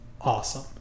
awesome